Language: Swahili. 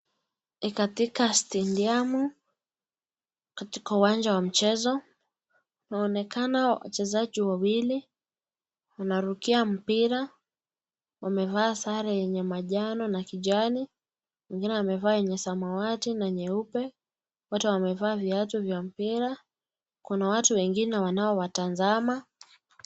Katika stadium katika uwanja wa mchezo, wanaonekana wachezaji wawili wanarukia mpira, wamevaa sare yenye manjano na kijani, mwingine amevaa yenye samawati na nyeupe. Wote wamevaa viatu vya mpira. Kuna watu wengine wanaowatazama.